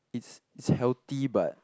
it's it's healthy but